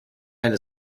eine